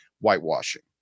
whitewashing